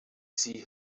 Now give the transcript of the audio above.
zie